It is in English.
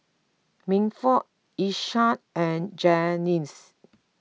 Milford Isaiah and Janyce